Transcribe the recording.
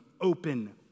open